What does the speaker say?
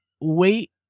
wait